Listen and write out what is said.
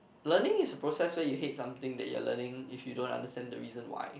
learning is a process where you hate something that you are learning if you don't understand the reason why